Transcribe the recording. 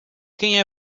quem